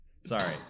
Sorry